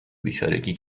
بیچارگی